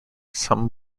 some